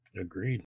Agreed